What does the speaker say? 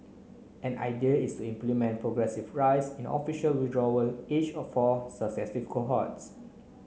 an idea is to implement progressive rise in official withdrawal age of all successive cohorts